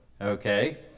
Okay